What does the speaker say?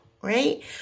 right